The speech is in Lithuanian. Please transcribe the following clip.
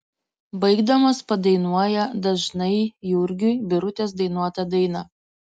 baigdamas padainuoja dažnai jurgiui birutės dainuotą dainą